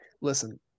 Listen